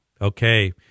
okay